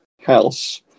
house